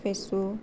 ফেচু